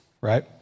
right